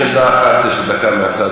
יש עמדה אחת של דקה מהצד,